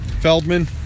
Feldman